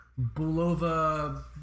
Bulova